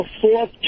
Fourth